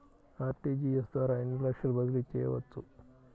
RTGS ద్వారా ఎన్ని లక్షలు బదిలీ చేయవచ్చు?